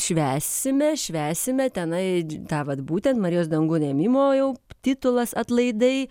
švęsime švęsime tenai tą vat būtent marijos dangun ėmimo jau titulas atlaidai